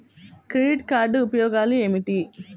Credit card ఉపయోగాలు ఏమిటి?